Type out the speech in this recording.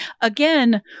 again